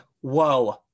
whoa